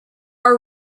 are